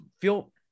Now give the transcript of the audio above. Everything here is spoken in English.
feel